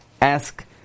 ask